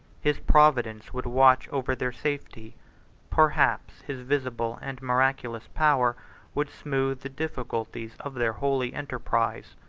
his providence would watch over their safety perhaps his visible and miraculous power would smooth the difficulties of their holy enterprise.